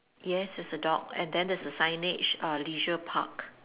yes there's a dog and then there's a signage uh Leisure Park